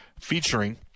featuring